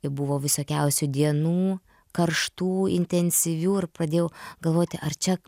buvo visokiausių dienų karštų intensyvių ir pradėjau galvoti ar čia